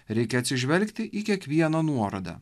reikia atsižvelgti į kiekvieną nuorodą